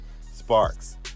Sparks